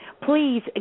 please